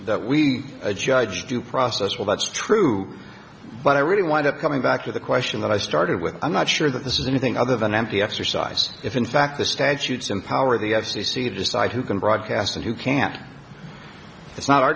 that we judge due process well that's true but i really want up coming back to the question that i started with i'm not sure that this is anything other than empty exercise if in fact the statutes empower the f c c to decide who can broadcast and who can't it's not our